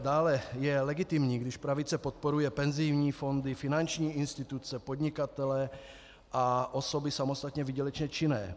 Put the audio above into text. Dále je legitimní, když pravice podporuje penzijní fondy, finanční instituce, podnikatele a osoby samostatně výdělečně činné.